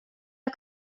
are